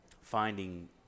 finding